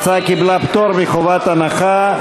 ההצעה קיבלה פטור מחובת הנחה.